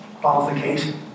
qualification